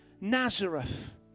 Nazareth